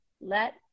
Let